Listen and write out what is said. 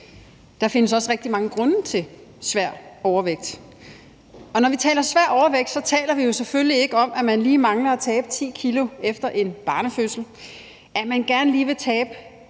Der findes også rigtig mange grunde til svær overvægt. Når vi taler svær overvægt, taler vi jo selvfølgelig ikke om, at man lige mangler at tabe 10 kg efter en barnefødsel, at man gerne lige vil tabe